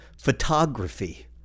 Photography